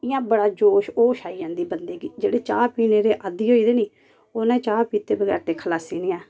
इ'यां बड़ा जोश होश आई जंदी बंदे गी जेह्ड़े चाह् पीने दे आदि होई जंदे निं उ'नें चाह् पीते बगैर ते खलासी निं ऐ